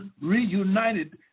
reunited